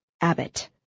Abbott